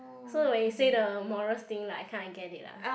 so when you say the morest thing like I kinda get it lah